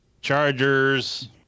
Chargers